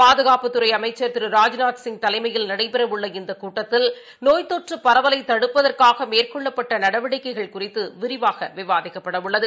பாதுகாப்புத்துறைஅமைச்சர் திரு ராஜ்நாத் சிங் தலைமையில் நடைபெறவுள்ள இந்தகூட்டத்தில் நோய் பரவலைதடுப்பதற்காகமேற்கொள்ள்பபட்டநடவடிக்கைகள் குறித்துவிரிவாகவிவாதிக்கப்படவுள்ளது